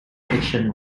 fiction